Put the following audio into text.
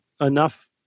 enough